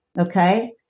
okay